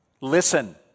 listen